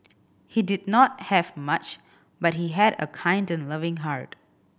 he did not have much but he had a kind and loving heart